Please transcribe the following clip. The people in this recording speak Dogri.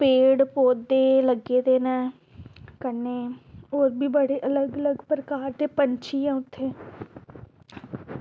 पेड़ पौधे लग्गे दे न कन्नै होर बी बड़े अलग अलग प्रकार दे पैंछी ऐ उत्थें